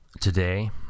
today